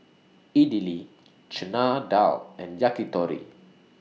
Idili Chana Dal and Yakitori